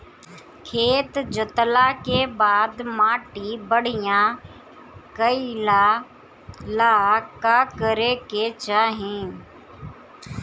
खेत जोतला के बाद माटी बढ़िया कइला ला का करे के चाही?